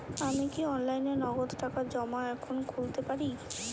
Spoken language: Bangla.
আমি কি অনলাইনে নগদ টাকা জমা এখন খুলতে পারি?